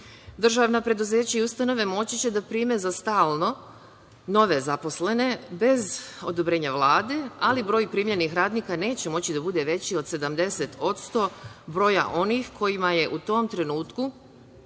preduzeća i ustanove moći će da prime za stalno nove zaposlene bez odobrenja Vlade, ali broj primljenih radnika neće moći da bude veći od 70% broja onih kojima je u tom trenutku